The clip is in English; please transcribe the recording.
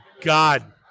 God